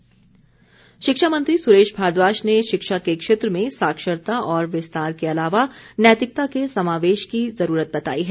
सुरेश भारद्वाज शिक्षामंत्री सुरेश भारद्वाज ने शिक्षा के क्षेत्र में साक्षरता और विस्तार के अलावा नैतिकता के समावेश की जरूरत बताई है